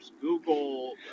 Google